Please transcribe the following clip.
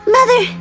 Mother